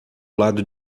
lado